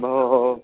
भोः